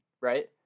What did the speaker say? right